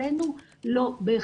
אלא מבחינת הקודים התרבותיים.